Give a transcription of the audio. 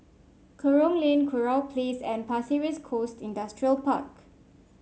Kerong Lane Kurau Place and Pasir Ris Coast Industrial Park